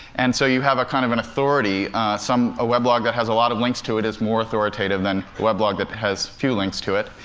and so you have kind of an authority a weblog that has a lot of links to it is more authoritative than a weblog that has few links to it.